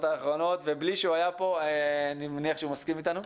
האחרונות ובלי שהוא היה פה אני מניח שהוא מסכים איתנו.